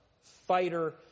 fighter